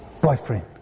boyfriend